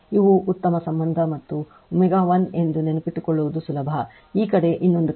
ಇವು ಉತ್ತಮ ಸಂಬಂಧ ಮತ್ತು ω 1 ಎಂದು ನೆನಪಿಟ್ಟುಕೊಳ್ಳುವುದು ಸುಲಭ ಈ ಕಡೆ ಇನ್ನೊಂದು ಕಡೆ